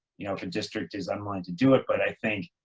you know, if a district is unwilling to do it, but i think,